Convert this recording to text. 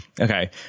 okay